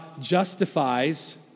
justifies